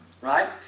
right